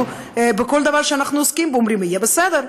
בכל דבר שאנחנו עוסקים, אומרים: יהיה בסדר.